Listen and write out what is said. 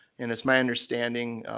and it's my understanding,